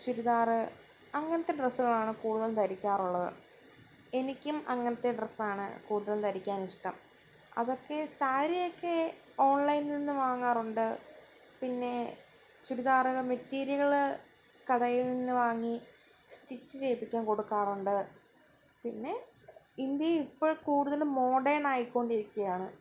ചുരിദാര് അങ്ങനത്തെ ഡ്രസ്സുകളാണ് കൂടുതലും ധരിക്കാറുള്ളത് എനിക്കും അങ്ങനത്തെ ഡ്രസ്സാണ് കൂടുതല് ധരിക്കാനിഷ്ടം അതൊക്കെ സാരിയൊക്കെ ഓൺലൈനിൽനിന്നു വാങ്ങാറുണ്ട് പിന്നെ ചുരിദാര് മെറ്റീരിയലുകള് കടയിൽനിന്നു വാങ്ങി സ്റ്റിച്ച് ചെയ്യിപ്പിക്കാൻ കൊടുക്കാറുണ്ട് പിന്നെ ഇന്ത്യ ഇപ്പോൾ കൂടുതലും മോഡേൺ ആയിക്കൊണ്ടിരിക്കയാണ്